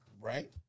Right